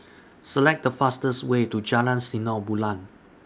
Select The fastest Way to Jalan Sinar Bulan